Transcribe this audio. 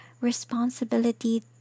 responsibility